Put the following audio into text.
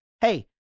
hey